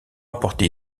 rapporter